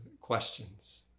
questions